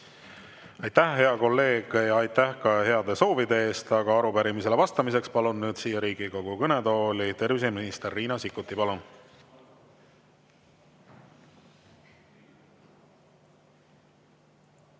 Aitäh, hea kolleeg! Ja aitäh ka heade soovide eest! Arupärimisele vastamiseks palun nüüd Riigikogu kõnetooli terviseminister Riina Sikkuti. Palun!